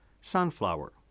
sunflower